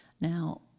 Now